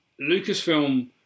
Lucasfilm